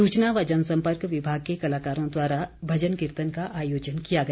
सूचना व जन संपर्क विभाग के कलाकारों द्वारा भजन कीर्तन का आयोजन किया गया